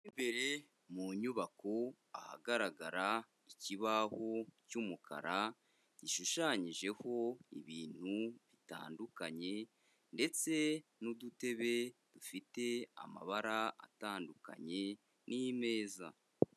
Mo imbere mu nyubako ahagaragara ikibaho cy'umukara, gishushanyijeho ibintu bitandukanye ndetse n'udutebe dufite amabara atandukanye n'imeza.